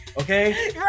Okay